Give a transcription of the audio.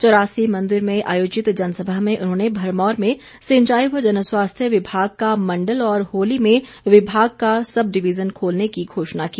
चौरासी मंदिर में आयोजित जनसभा में उन्होंने भरमौर में सिंचाई व जनस्वास्थ्य विभाग का मंडल और होली में विभाग का सबडिविजन खोलने की घोषणा की